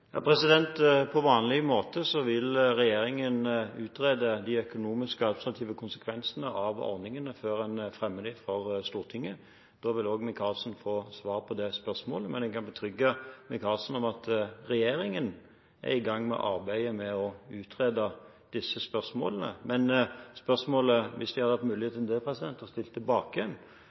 På vanlig måte vil regjeringen utrede de økonomiske og administrative konsekvensene av ordningene før en fremmer dem for Stortinget. Da vil også Micaelsen får svar på det spørsmålet. Men jeg kan berolige Micaelsen med at regjeringen er i gang med arbeidet med å utrede disse spørsmålene. Spørsmålet, hvis jeg hadde hatt mulighet til å stille et tilbake,